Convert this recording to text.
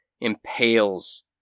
impales